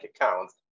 accounts